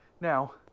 now